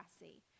see